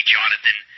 Jonathan